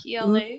PLA